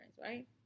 right